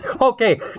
Okay